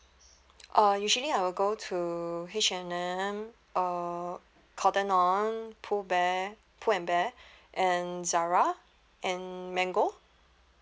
uh usually I will go to H&M uh Cotton On pull bear Pull and Bear and Zara and Mango